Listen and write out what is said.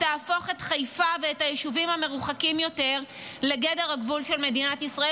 תהפוך את חיפה ואת היישובים המרוחקים יותר לגדר הגבול של מדינת ישראל.